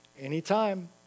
anytime